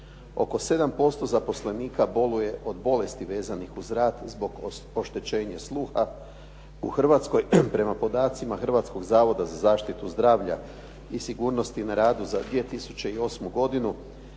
Oko 7% zaposlenika boluje od bolesti vezanih uz rad zbog oštećenja sluha. U Hrvatskoj prema podacima Hrvatskog zavoda za zaštitu zdravlja i sigurnosti na radu za 2008. godinu